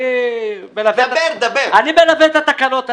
אני מלווה את התקנות האלה.